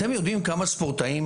אתם יודעים כמה ספורטאים